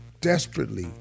desperately